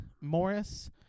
Morris